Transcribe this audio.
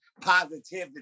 positivity